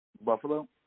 Buffalo